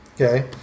Okay